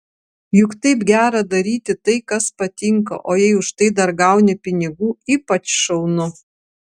juk taip gera daryti tai kas patinka o jei už tai dar gauni pinigų ypač šaunu